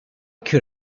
could